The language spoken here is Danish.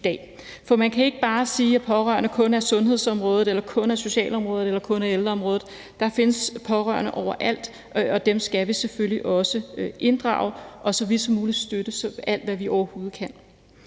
dag. Man kan ikke bare sige, at pårørende kun er inden for sundhedsområdet, socialområdet eller ældreområdet. Der findes pårørende overalt, og dem skal vi selvfølgelig også inddrage og så vidt som muligt støtte, alt hvad vi overhovedet kan.